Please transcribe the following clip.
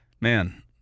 man